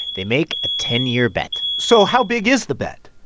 they make a ten year bet so how big is the bet?